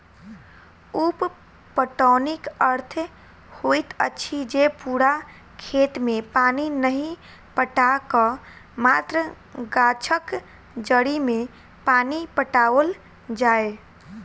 उप पटौनीक अर्थ होइत अछि जे पूरा खेत मे पानि नहि पटा क मात्र गाछक जड़ि मे पानि पटाओल जाय